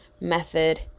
method